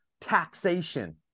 taxation